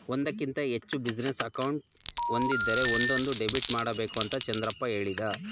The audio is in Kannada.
ಒಂದಕ್ಕಿಂತ ಹೆಚ್ಚು ಬಿಸಿನೆಸ್ ಅಕೌಂಟ್ ಒಂದಿದ್ದರೆ ಒಂದೊಂದು ಡೆಬಿಟ್ ಮಾಡಬೇಕು ಅಂತ ಚಂದ್ರಪ್ಪ ಹೇಳಿದ